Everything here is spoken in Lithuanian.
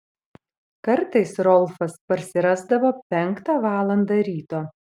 kartais rolfas parsirasdavo penktą valandą ryto